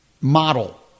model